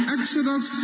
Exodus